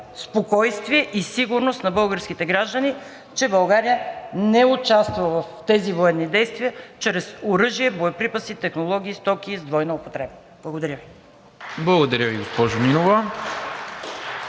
спокойствие и сигурност на българските граждани, че България не участва в тези военни действия чрез оръжия, боеприпаси, технологии и стоки с двойна употреба. Благодаря. (Ръкопляскания